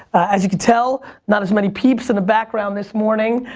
as you can tell, not as many peeps in the background this morning,